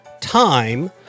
time